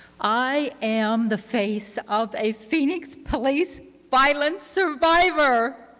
i am the face of a phoenix police violence survivor.